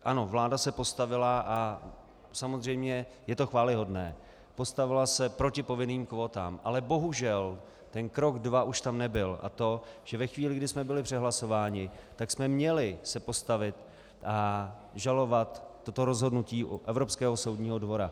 Ano, vláda se postavila, a samozřejmě je to chvályhodné, proti povinným kvótám, ale ten bohužel krok dva už tam nebyl, a to že ve chvíli, kdy jsme byli přehlasováni, tak jsme se měli postavit a žalovat toto rozhodnutí u Evropského soudního dvora.